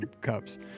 cups